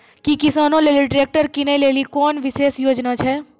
कि किसानो लेली ट्रैक्टर किनै लेली कोनो विशेष योजना छै?